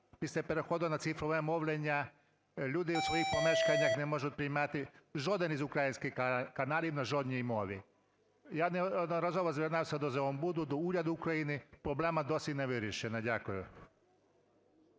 після переходу на цифрове мовлення люди в своїх помешканнях не можуть піймати жоден із українських каналів на жодній мові. Я неодноразово звертався до "Зеонбуду", до уряду України, проблема досі не вирішена. Дякую.